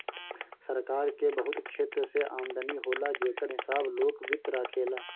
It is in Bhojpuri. सरकार के बहुत क्षेत्र से आमदनी होला जेकर हिसाब लोक वित्त राखेला